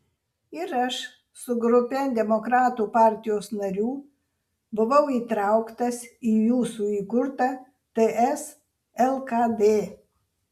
ir aš su grupe demokratų partijos narių buvau įtrauktas į jūsų įkurtą ts lkd